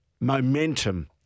momentum